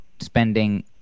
spending